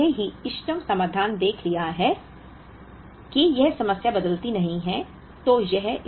इसलिए हमने पहले ही इष्टतम समाधान देख लिया है की यह समस्या बदलती नहीं है